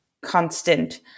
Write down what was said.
constant